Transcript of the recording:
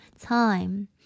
time